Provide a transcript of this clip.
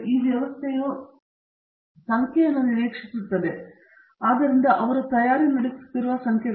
ಈ ವ್ಯವಸ್ಥೆಯು ಸಂಖ್ಯೆಗಳನ್ನು ನಿರೀಕ್ಷಿಸುತ್ತದೆ ಆದ್ದರಿಂದ ಅವರು ತಯಾರಿ ನಡೆಸುತ್ತಿರುವ ಸಂಖ್ಯೆಗಳು